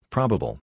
Probable